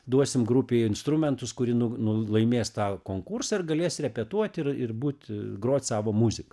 duosim grupei instrumentus kuri nu nu laimės tą konkursą ir galės repetuot ir ir būt grot savo muziką